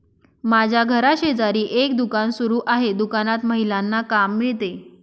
माझ्या घराशेजारी एक दुकान सुरू आहे दुकानात महिलांना काम मिळते